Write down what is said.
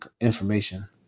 information